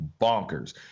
bonkers